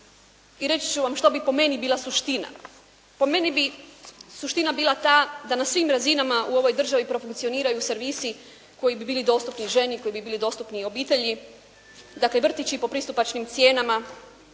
i reći ću vam što bi po meni bila suština. Po meni bi suština bila ta da na svim razinama u ovoj državi profunkcioniraju servisi koji bi bili dostupni ženi, koji bi bili dostupni obitelji. Dakle, vrtići po pristupačnim cijenama,